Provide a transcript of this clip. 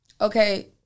Okay